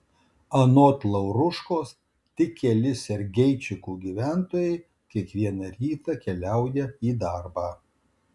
anot lauruškos tik keli sergeičikų gyventojai kiekvieną rytą keliauja į darbą